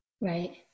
Right